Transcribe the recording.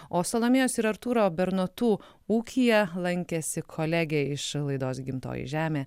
o salomėjos ir artūro bernotų ūkyje lankėsi kolegė iš laidos gimtoji žemė